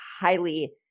highly